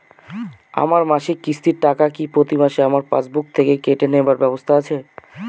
আমার মাসিক কিস্তির টাকা কি প্রতিমাসে আমার পাসবুক থেকে কেটে নেবার ব্যবস্থা আছে?